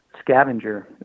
scavenger